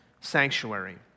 sanctuary